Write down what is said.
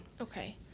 Okay